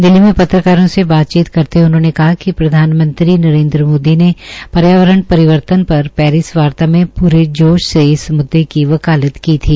दिल्ली में पत्रकारों से बातचीत करते हये उन्होंने कहा कि प्रधानमंत्री नरेन्द्र मोदी ने पर्यावरण् पर पेरिस वार्ता में पूरे जोश से इस मुद्दे की वकालत की थी